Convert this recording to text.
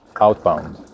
outbound